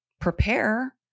prepare